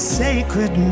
sacred